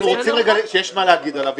שיש מה להגיד עליו.